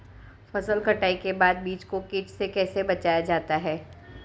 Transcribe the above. फसल कटाई के बाद बीज को कीट से कैसे बचाया जाता है?